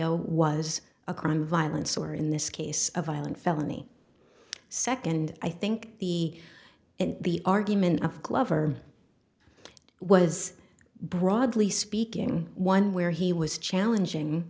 polio was a crime violence or in this case a violent felony second i think the and the argument of glover was broadly speaking one where he was challenging